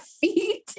feet